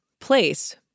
place